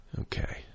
Okay